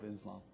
Islam